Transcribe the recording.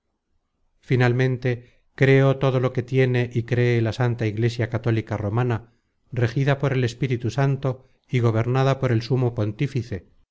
finalmente creo todo lo que tiene y cree la santa iglesia católica romana regida por el espíritu santo y gobernada por el sumo pontífice